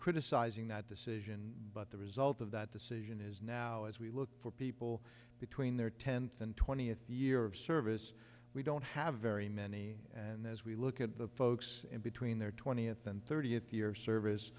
criticizing that decision but the result of that decision is now as we look for people between their tenth and twentieth year of service we don't have very many and as we look at the folks in between their twentieth and thirtieth years service